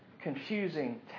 confusing